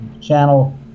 channel